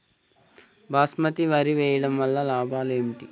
బాస్మతి వరి వేయటం వల్ల లాభాలు ఏమిటి?